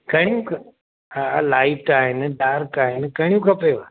कहिड़ियूं खपे हा हा लाइट आहिनि डार्क आहिनि कहिड़ियूं खपेव